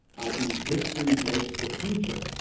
i. e, history makes the future.